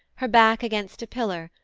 her back against a pillar,